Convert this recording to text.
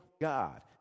God